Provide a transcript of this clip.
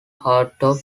hardtop